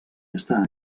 està